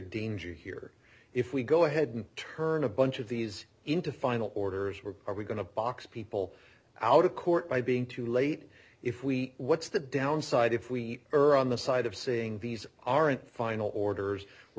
danger here if we go ahead and turn a bunch of these into final orders were are we going to box people out of court by being too late if we what's the downside if we are on the side of seeing these aren't final orders we're